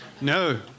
No